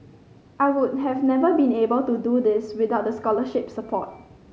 I would have never been able to do all these without the scholarship support